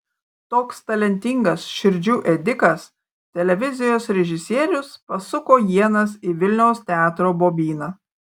toks talentingas širdžių ėdikas televizijos režisierius pasuko ienas į vilniaus teatro bobyną